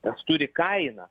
tas turi kainą